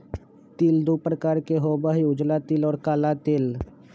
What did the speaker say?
तिल दु प्रकार के होबा हई उजला तिल और काला तिल